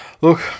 Look